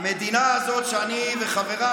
חברי הכנסת,